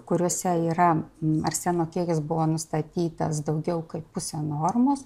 kuriuose yra arseno kiekis buvo nustatytas daugiau kaip pusė normos